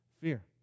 fear